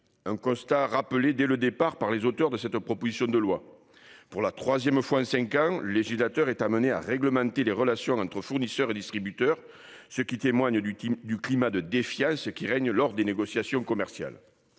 Un constat rappelé, dès le départ, par les auteurs de cette proposition de loi :« Pour la troisième fois en cinq ans, le législateur est amené à réglementer les relations entre fournisseurs et distributeurs, ce qui témoigne du climat de défiance qui règne lors des négociations commerciales.